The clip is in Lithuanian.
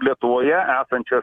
lietuvoje esančias